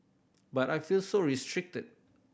but I felt so restricted